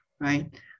right